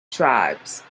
tribes